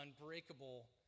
unbreakable